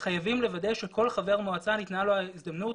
חייבים לוודא שכל חבר מועצה, ניתנה לו ההזדמנות